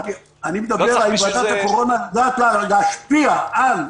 האם ועדת הקורונה יודעת להשפיע על המשרדים?